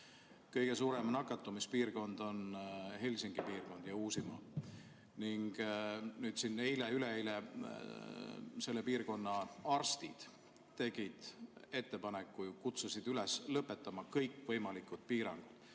Kõige suurem nakatumispiirkond on Helsingi piirkond ja Uusimaa. Eile-üleeile tegid selle piirkonna arstid ettepaneku, kutsusid üles lõpetama kõikvõimalikud piirangud,